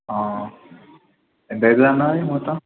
ఎంత అవుతుంది అన్న అది మొత్తం